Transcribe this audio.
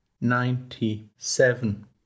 ninety-seven